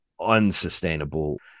unsustainable